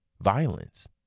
violence